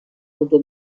auto